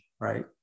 right